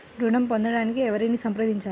ఋణం పొందటానికి ఎవరిని సంప్రదించాలి?